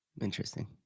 Interesting